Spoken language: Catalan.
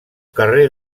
carrer